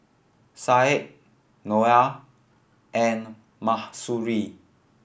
Said Noah and Mahsuri